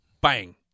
Bang